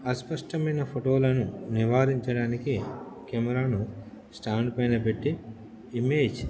అస్పష్టమైన ఫోటోలను నివారించడానికి కెమెరాను స్టాండ్ పైన పెట్టి ఇమేజ్